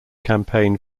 campaign